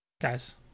Guys